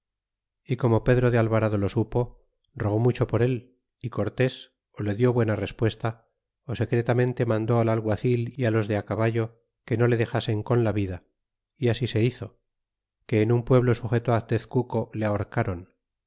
y como pedro de alvarado lo supo rogó mucho por él y cortés ó le dió buena respuesta ó secretamente mandó al alguacil é á los de caballo que no le desasen con la vida y así se hizo que en un pueblo sujeto teme le ahorcron